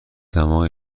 دماغ